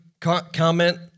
comment